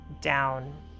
down